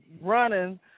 running